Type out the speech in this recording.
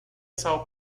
sao